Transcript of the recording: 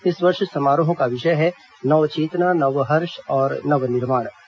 इस वर्ष समारोहों का विषय है नवचेतना नवहर्ष और नव निर्माण